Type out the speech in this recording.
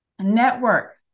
network